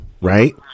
right